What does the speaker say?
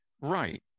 Right